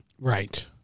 Right